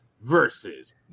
versus